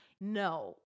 no